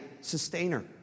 sustainer